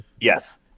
yes